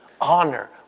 honor